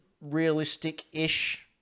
realistic-ish